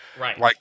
Right